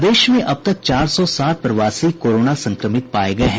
प्रदेश में अब तक चार सौ सात प्रवासी कोरोना संक्रमित पाये गये हैं